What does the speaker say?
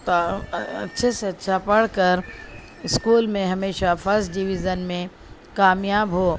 اچھے سے اچھا پڑھ کر اسکول میں ہمیشہ فسٹ ڈویثن میں کامیاب ہو